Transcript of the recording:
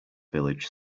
village